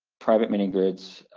private mini-grids,